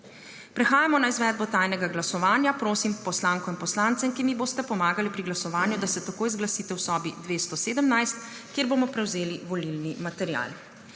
Prehajamo na izvedbo tajnega glasovanja. Prosim poslanko in poslance, ki mi boste pomagali pri glasovanju, da se takoj zglasite v sobi 217, kjer bomo prevzeli volilni material.